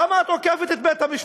למה את עוקפת את בית-המשפט?